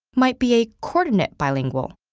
might be a coordinate bilingual,